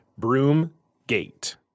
Broomgate